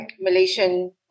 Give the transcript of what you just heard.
Malaysian